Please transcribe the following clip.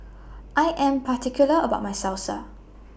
I Am particular about My Salsa